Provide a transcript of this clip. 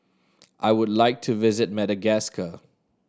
I would like to visit Madagascar